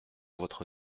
votre